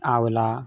आवलिः